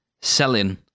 selling